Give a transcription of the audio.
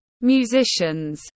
musicians